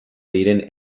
diren